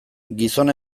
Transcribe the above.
gizon